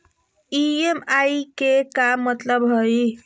EMI के का मतलब हई?